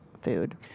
food